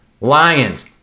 Lions